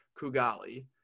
Kugali